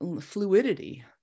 fluidity